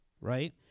Right